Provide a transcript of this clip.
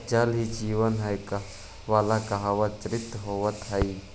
जल ही जीवन हई वाला कहावत चरितार्थ होइत हई